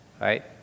right